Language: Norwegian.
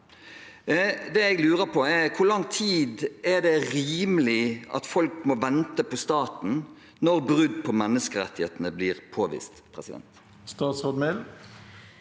Det jeg lurer på, er: Hvor lang tid er det rimelig at folk må vente på staten når brudd på menneskerettighetene blir påvist?